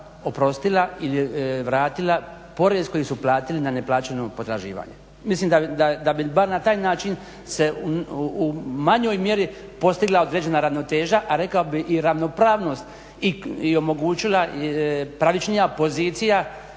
oprostila i vratila porez koji su platili na neplaćeno potraživanje. Mislim da bi bar na taj način se u manjoj mjeri postigla određena ravnoteža, a rekao bi i ravnopravnost i omogućila pravičnija pozicija